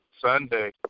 Sunday